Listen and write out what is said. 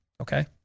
Okay